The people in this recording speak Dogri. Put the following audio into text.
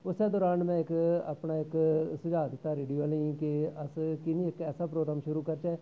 उस्सै दौरान मैं इक अपना इक सुझा दित्ता रेडियो आह्लें गी कि अस की नी इक ऐसा प्रोग्राम शुरू करचै